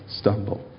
stumble